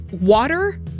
water